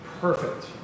perfect